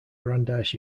brandeis